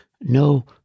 no